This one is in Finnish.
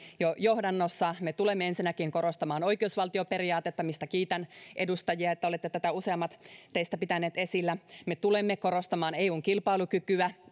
johdannossa me tulemme ensinnäkin korostamaan oikeusvaltioperiaatetta ja kiitän edustajia että olette useammat teistä tätä pitäneet esillä me tulemme korostamaan eun kilpailukykyä